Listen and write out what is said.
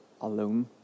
alone